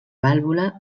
vàlvula